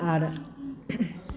आर